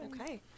Okay